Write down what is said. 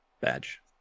badge